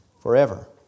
forever